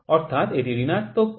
অর্থাৎ এটি ঋণাত্মক ২০℃ থেকে ৬০℃